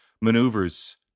maneuvers